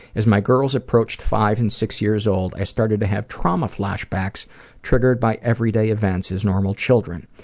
as my girls approached five and six years old, i started to have trauma flashbacks triggered by everyday events as normal children.